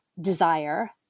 desire